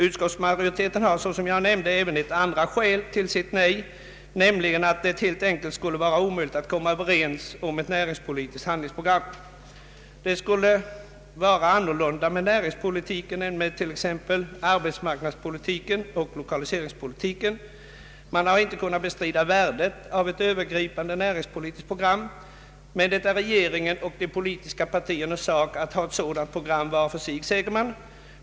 Utskottsmajoriteten har, såsom jag nämnde, även ett andra skäl till sitt nej, nämligen att det helt enkelt skulle vara omöjligt att komma överens om ett näringspolitiskt handlingsprogram. Det skulle vara annorlunda med näringspolitiken än med t.ex. arbetsmarknadspolitiken och = lokaliseringspolitiken. Man har inte kunnat bestrida värdet av ett övergripande näringspolitiskt program. Men det är regeringens och de politiska partiernas sak att ha sådana program var för sig, säger man.